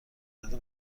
بده